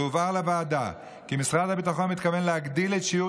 והובהר לוועדה כי משרד הביטחון מתכוון להגדיל את שיעור